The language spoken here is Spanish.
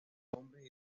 hombres